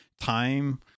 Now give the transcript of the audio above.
time